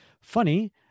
Funny